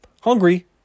Hungry